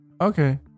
Okay